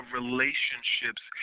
relationships